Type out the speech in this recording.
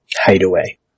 Hideaway